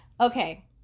Okay